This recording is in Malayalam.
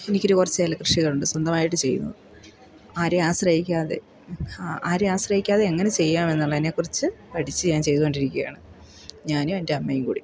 എനിക്കൊരു കുറച്ച് ഏല കൃഷികളുണ്ട് സ്വന്തമായിട്ട് ചെയ്യുന്നു ആരെയും ആശ്രയിക്കാതെ ആരെയും ആശ്രയിക്കാതെ എങ്ങനെ ചെയ്യാമെന്നുള്ളതിനെക്കുറിച്ച് പഠിച്ച് ഞാൻ ചെയ്തുകൊണ്ടിരിക്കുകയാണ് ഞാനും എൻ്റെ അമ്മയും കൂടി